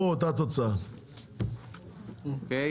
הצבעה בעד 3,